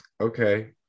Okay